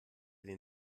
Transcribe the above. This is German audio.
den